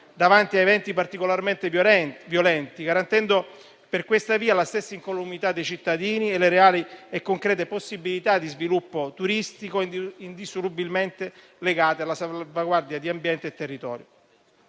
davanti a eventi particolarmente violenti, garantendo per questa via la stessa incolumità dei cittadini e le reali e concrete possibilità di sviluppo turistico, è indissolubilmente legato alla salvaguardia di ambiente e territorio.